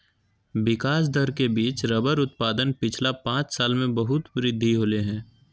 विकास दर के बिच रबर उत्पादन पिछला पाँच साल में बहुत वृद्धि होले हें